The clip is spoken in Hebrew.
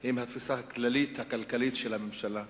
היא עם התפיסה הכללית הכלכלית של הממשלה,